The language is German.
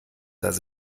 dass